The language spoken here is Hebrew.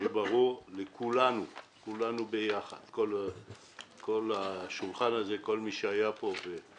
שיהיה ברור לכולנו, כולנו ביחד, כל מי שהיה פה גם